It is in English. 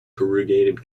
corrugated